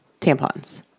tampons